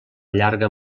llarga